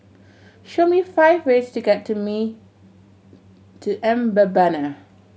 show me five ways to get to me to Mbabana